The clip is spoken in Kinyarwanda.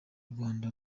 rwanda